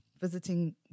visiting